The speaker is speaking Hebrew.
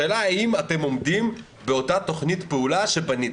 השאלה היא האם אתם עומדים באותה תוכנית פעולה שבניתם.